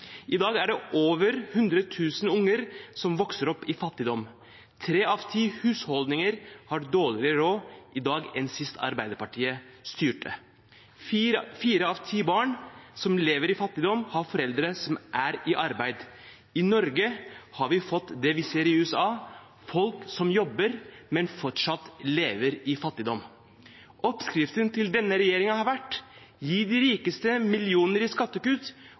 I dag er det over 100 000 unger som vokser opp i fattigdom. Tre av ti husholdninger har dårligere råd i dag enn sist Arbeiderpartiet styrte. Fire av ti barn som lever i fattigdom, har foreldre som er i arbeid. I Norge har vi fått det vi ser i USA – folk som jobber, men som fortsatt lever i fattigdom. Oppskriften til denne regjeringen har vært: Gi de rikeste millioner i skattekutt,